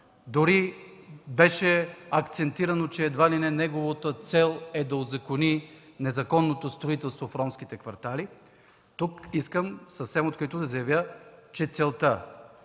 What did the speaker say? дори беше акцентирано, че едва ли не неговата цел е да узакони незаконното строителство в ромските квартали. Тук искам да заявя съвсем открито, че целта